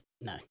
no